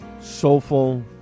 Soulful